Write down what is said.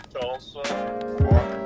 Tulsa